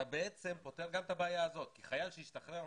אתה בעצם פותר גם את הבעיה הזאת כי חייל שישתחרר מחר,